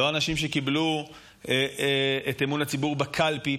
לא אנשים שקיבלו את אמון הציבור בקלפי,